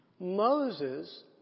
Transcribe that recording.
Moses